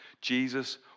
Jesus